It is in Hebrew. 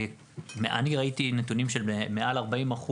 אני ראיתי נתונים של מעל 40%,